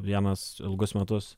vienas ilgus metus